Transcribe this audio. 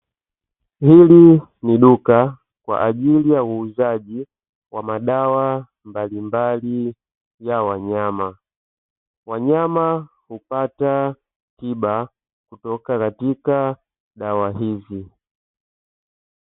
Hili ni duka kwa ajili ya uuzaji wa madawa mbalimbali ya wanyama. Wanyama hupata tiba kutoka katika dawa hizi.